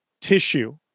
tissue